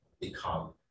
become